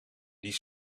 die